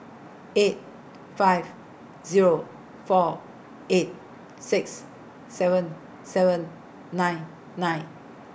eight five Zero four eight six seven seven nine nine